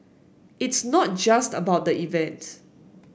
it's not just about the event